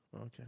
Okay